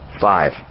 Five